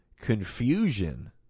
confusion